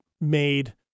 made